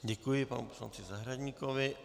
Děkuji panu poslanci Zahradníkovi.